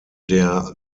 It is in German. der